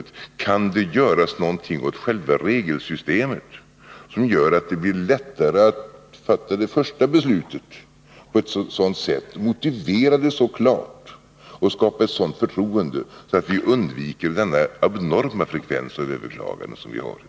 Vi måste undersöka om det går att göra någonting åt själva regelsystemet, så att det blir lättare att fatta det första beslutet, att motivera det så klart och skapa ett sådant förtroende att vi undviker den enorma frekvens av överklaganden som vi har i dag.